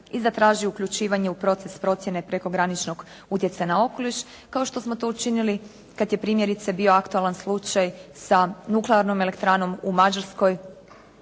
i zatraži uključivanje u proces procjene prekograničnog utjecaja na okoliš kao što smo to učinili kad je primjerice bio aktualan slučaj sa nuklearnom elektranom u Mađarskoj